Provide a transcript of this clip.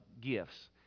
gifts